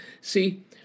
See